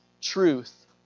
truth